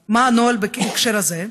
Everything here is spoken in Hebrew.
3. מה הנוהל בהקשר זה?